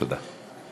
תודה.